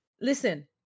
Listen